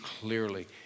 clearly